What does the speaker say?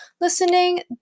listening